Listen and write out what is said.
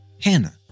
Hannah